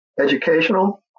educational